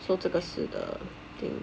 so 这个是的